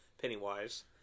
Pennywise